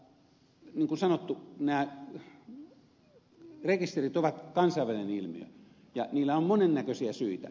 niin kuin sanottu nämä rekisterit ovat kansainvälinen ilmiö ja niillä on monen näköisiä syitä